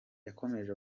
yakomeje